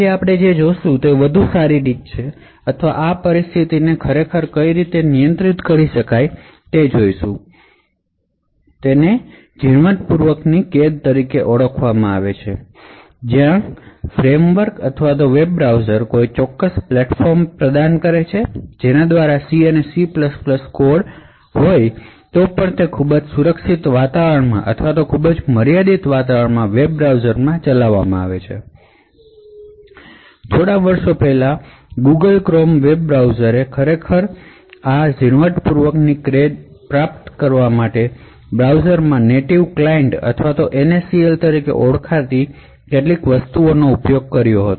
આજે આપણે જે જોશું તે આ પરિસ્થિતિને નિયંત્રિત કરવા માટેની વધુ સારી રીત છે જે ઝીણવટ પૂર્વક ની કોનફીનમેંટ તરીકે ઓળખાય છે જ્યાં ફ્રેમવર્ક અથવા વેબ બ્રાઉઝર કોઈ પ્લેટફોર્મ પ્રદાન કરશે કે જેના દ્વારા C અને C કોડ ખૂબ જ સુરક્ષિત વાતાવરણમાં અથવા ખૂબ જ મર્યાદિત વાતાવરણમાં વેબ બ્રાઉઝરમાં ચલાવવામાં આવે છે થોડા વર્ષો પહેલા ગૂગલ ક્રોમ વેબ બ્રાઉઝરે આ ઝીણવટ પૂર્વક ની કોનફીનમેંટ પ્રાપ્ત કરવા માટે તેમના બ્રાઉઝર્સમાં નેટીવ ક્લાયન્ટ અથવા NACL તરીકે ઓળખાતી કેટલીક વસ્તુનો ઉપયોગ કર્યો હતો